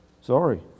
sorry